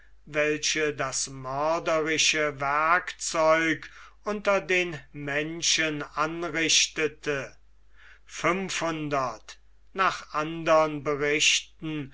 welche das mörderische werkzeug unter den menschen anrichtete fünfhundert nach andern berichten